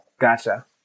Gotcha